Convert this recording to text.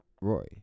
Roy